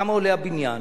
כמה עולה הבניין,